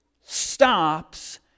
stops